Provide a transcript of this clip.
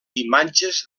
imatges